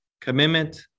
commitment